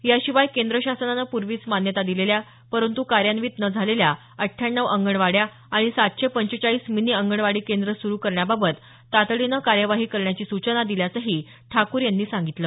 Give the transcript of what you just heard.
याशिवाय केंद्र शासनानं पूर्वीच मान्यता दिलेल्या परंतू कार्यान्वित न झालेल्या अठ्ठ्याण्णव अंगणवाड्या आणि सातशे पंचेचाळीस मिनी अंगणवाडी केंद्रं सुरु करण्याबाबत तातडीनं कार्यवाही करण्याची सूचना दिल्याचंही ठाकूर यांनी सांगितलं